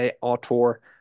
author